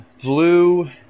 blue